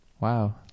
Wow